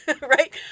right